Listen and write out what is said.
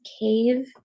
cave